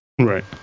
Right